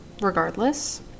regardless